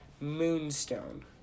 Moonstone